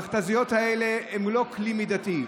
המכת"זיות האלה הן לא כלי מידתי,